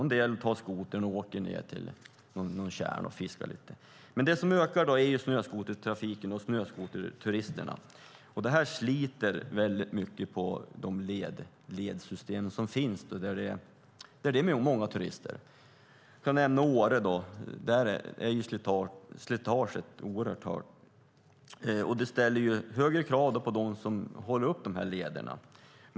En del tar skotern och åker till någon tjärn och fiskar lite. Det som ökar är snöskotertrafiken och snöskoterturisterna. Det här sliter väldigt mycket på de ledsystem som finns där det är många turister. Jag kan nämna Åre. Där är slitaget oerhört hårt. Det ställer högre krav på dem som upprätthåller de här lederna.